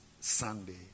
Sunday